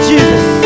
Jesus